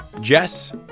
Jess